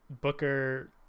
Booker